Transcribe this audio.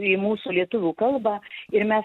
į mūsų lietuvių kalbą ir mes